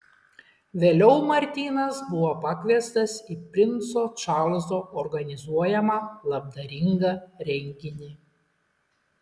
vėliau martynas buvo pakviestas į princo čarlzo organizuojamą labdaringą renginį